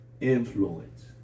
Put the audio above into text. influence